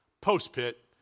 post-pit